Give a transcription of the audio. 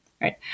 right